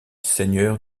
seigneur